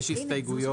יש הסתייגויות?